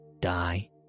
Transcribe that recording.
die